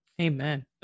Amen